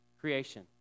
creation